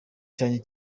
cyanjye